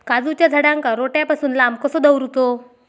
काजूच्या झाडांका रोट्या पासून लांब कसो दवरूचो?